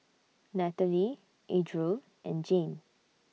Nataly Adriel and Jane